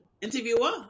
Interviewer